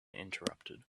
interrupted